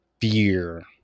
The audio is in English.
fear